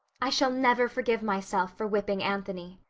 i shall never forgive myself for whipping anthony.